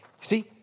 See